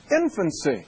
infancy